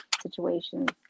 situations